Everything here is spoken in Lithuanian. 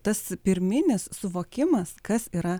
tas pirminis suvokimas kas yra